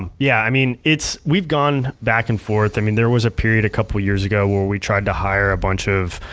um yeah. i mean we've gone back and forth. i mean there was a period a couple years ago where we tried to hire a bunch of,